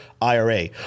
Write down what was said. IRA